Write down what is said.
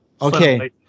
Okay